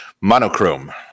monochrome